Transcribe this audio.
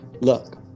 Look